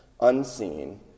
unseen